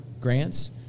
grants